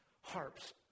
harps